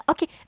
Okay